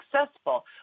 successful